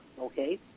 okay